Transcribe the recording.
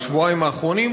בשבועיים האחרונים,